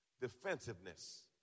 defensiveness